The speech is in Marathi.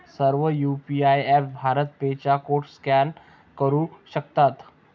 सर्व यू.पी.आय ऍपप्स भारत पे चा कोड स्कॅन करू शकतात